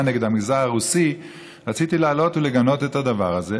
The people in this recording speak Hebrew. נגד המגזר הרוסי רציתי לעלות ולגנות את הדבר הזה,